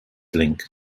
link